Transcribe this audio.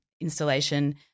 installation